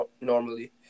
normally